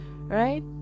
Right